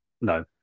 No